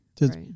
Right